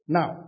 Now